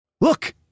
Look